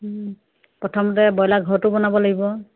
প্ৰথমতে ব্ৰইলাৰ ঘৰটো বনাব লাগিব